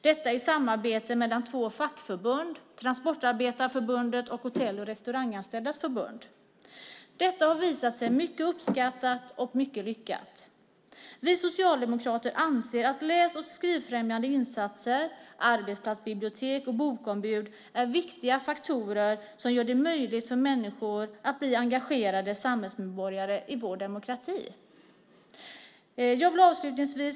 Detta har skett i samarbete mellan två fackförbund - Transportarbetareförbundet och Hotell och restaurangfacket. Detta har visat sig mycket uppskattat och lyckat. Vi socialdemokrater anser att läs och skrivfrämjande insatser, arbetsplatsbibliotek och bokombud är viktiga faktorer som gör det möjligt för människor att bli engagerade samhällsmedborgare i vår demokrati. Fru talman!